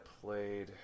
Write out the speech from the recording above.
played